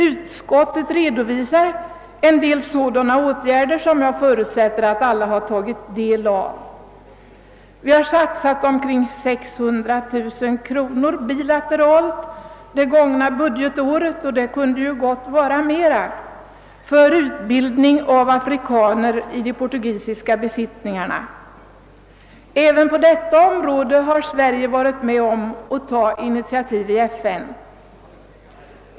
Utskottet redovisar en del sådana åtgärder, och jag förutsätter att alla har tagit del härav. Vi har under det gångna budgetåret satsat omkring 600 000 kronor bilateralt — det beloppet kunde gott vara större — för utbildning av afrikaner i de portugisiska besittningarna. Även på detta område har Sverige varit med om att ta initiativ i FN.